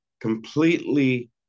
completely